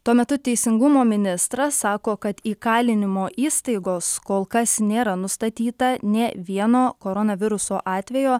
tuo metu teisingumo ministras sako kad įkalinimo įstaigos kol kas nėra nustatyta nė vieno koronaviruso atvejo